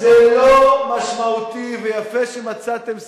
זה לא משמעותי, ויפה שמצאתם ססמה,